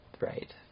right